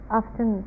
often